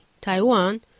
Taiwan